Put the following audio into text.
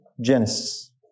Genesis